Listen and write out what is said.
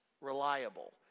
reliable